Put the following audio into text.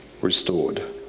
restored